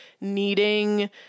needing